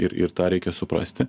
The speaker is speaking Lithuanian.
ir ir tą reikia suprasti